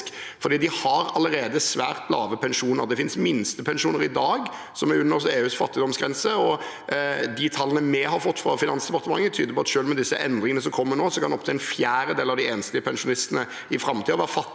for de har allerede svært lave pensjoner. Det finnes minstepensjoner i dag som er under EUs fattigdomsgrense. De tallene vi har fått fra Finansdepartementet, tyder på at selv med end ringene som kommer nå, kan opptil en fjerdedel av de enslige pensjonistene i framtiden være fattigere